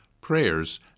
prayers